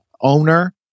owner